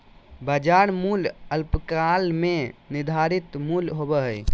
बाजार मूल्य अल्पकाल में निर्धारित मूल्य होबो हइ